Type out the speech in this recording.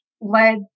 led